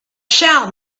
shall